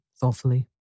thoughtfully